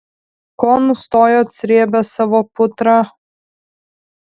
ko nustojot srėbę savo putrą